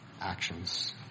actions